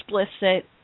explicit